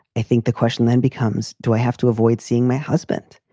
i think the question then becomes, do i have to avoid seeing my husband?